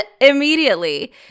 immediately